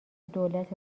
دولت